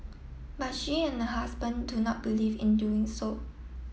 but she and her husband do not believe in doing so